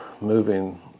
moving